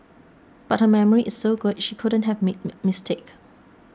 but her memory is so good she couldn't have made me mistake